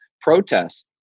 protests